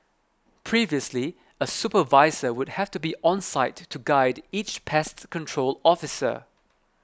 previously a supervisor would have to be on site to guide each pest control officer